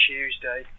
Tuesday